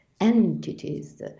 entities